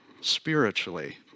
spiritually